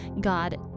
God